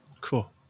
Cool